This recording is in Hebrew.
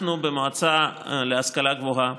אנחנו במועצה להשכלה גבוהה